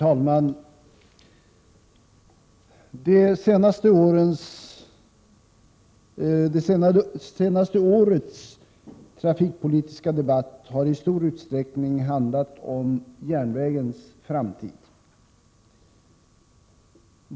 Herr talman! Det senaste årets trafikpolitiska debatt har i stor utsträckning handlat om järnvägens framtid.